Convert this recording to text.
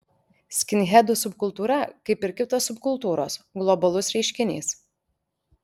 skinhedų subkultūra kaip ir kitos subkultūros globalus reiškinys